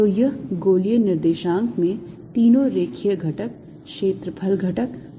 तो यह गोलीय निर्देशांक में तीनों रेखीय घटक क्षेत्रफल घटक और आयतन घटक हैं